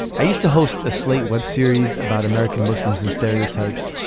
i used to host a slate web series about american muslims and stereotypes.